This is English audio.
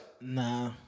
Nah